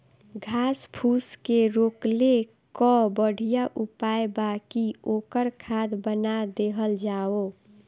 घास फूस के रोकले कअ बढ़िया उपाय बा कि ओकर खाद बना देहल जाओ